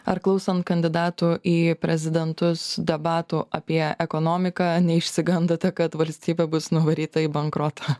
ar klausant kandidatų į prezidentus debatų apie ekonomiką neišsigandote kad valstybė bus nuvaryta į bankrotą